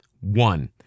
One